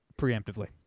preemptively